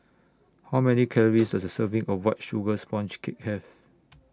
How Many Calories Does A Serving of White Sugar Sponge Cake Have